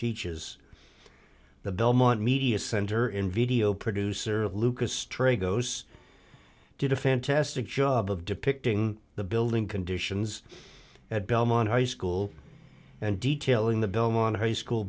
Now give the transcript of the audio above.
teaches the belmont media center in video producer lucas tre goes did a fantastic job of depicting the building conditions at belmont high school and detailing the belmont high school